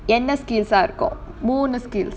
என்ன:enna skills ah இருக்கும் மூணு:irukkum moonu skill